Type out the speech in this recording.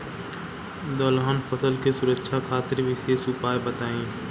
दलहन फसल के सुरक्षा खातिर विशेष उपाय बताई?